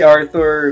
Arthur